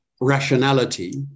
Rationality